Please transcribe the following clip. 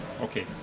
Okay